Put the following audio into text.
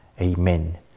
Amen